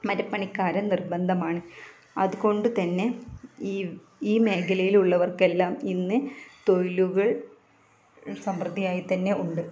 മരപ്പണിക്കാരൻ നിർബന്ധമാണ് അതുകൊണ്ടുതന്നെ ഈ ഈ മേഖലയിലുള്ളവർക്കെല്ലാം ഇന്ന് തൊഴിലുകൾ സമൃദ്ധിയയായി തന്നെ ഉണ്ട്